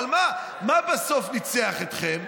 אבל מה, מה בסוף ניצח אתכם?